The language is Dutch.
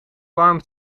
warm